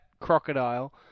crocodile